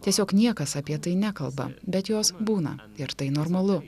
tiesiog niekas apie tai nekalba bet jos būna ir tai normalu